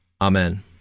Amen